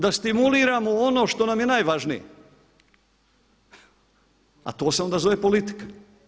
Da stimuliramo ono što nam je najvažnije, a to se onda zove politika.